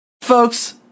Folks